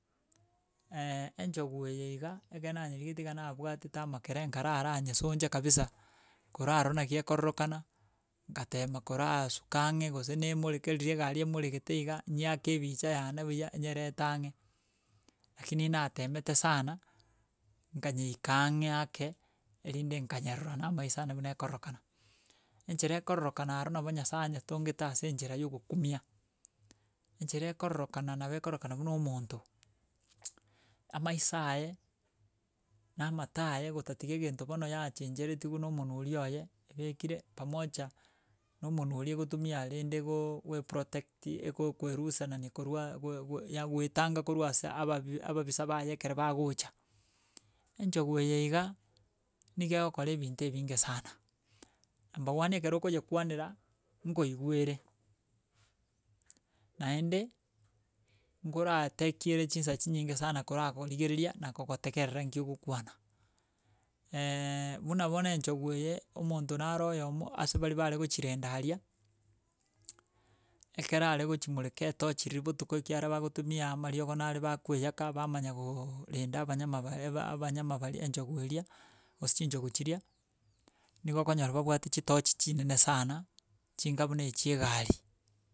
enchogu eye iga ekere nanyerigereti iga nabwatete amakere nkarara nyesoncha kabisa kora rora naki ekororokana, ngatema koraa suka ang'e gose na emoreke riria egari emoregete iga nyiake ebicha yane buya nyerete ang'e, lakini natemete sana nkanyeika ang'e ake erinde nkanyerora na amaiso ane buna ekororekana. Enchera ekororekana aro nabo nyasaye anyetongete ase enchera ya ogokumia, enchera ekororekana nabo ekororekana buna omonto amaiso aye na amato aye gotatiga egento bono yachencheretiwu na omonu oria oye, ebekire pamoja na omonu oria egotumia rende gooo goeprotect ekokwerusanani korwa gwa gwa gwa yagoetanga korwa ase ababi ababisa baye ekero bagocha, enchogu eye iga nigo egokora ebinto ebinge sana, namba one ekero okoyekwanera, nkoigwere naende, nkoratake ere chinsa chinyinge sana koragorigereria na kogotegerera nki ogokwana. Buna bono enchogu eye omonto naro oyomo ase bare baregochirenda aria ekero aregochimoreka etochi riria botuko ekiara bagotumia amariogo nare bakoeyaka bamanya gooorenda abanyama bare ba eba abanyama baria enchogu eria gose chinchogu chiria, nigo okonyora babwate chitochi chinene sana chinga buna echia egari.